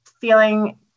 feeling